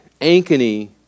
Ankeny